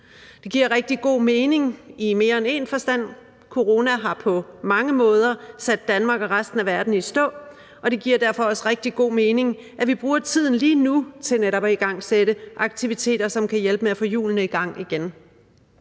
Det giver rigtig god mening i mere end én forstand. Corona har på mange måder sat Danmark og resten af verden i stå, og det giver derfor også rigtig god mening, at vi bruger tiden lige nu til netop at igangsætte aktiviteter, som kan hjælpe med at få hjulene i gang igen.